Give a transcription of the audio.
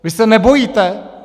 Vy se nebojíte?